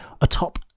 atop